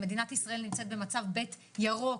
ומדינת ישראל נמצאת במצב ב' שהוא ירוק.